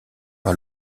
par